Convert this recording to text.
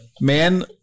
Man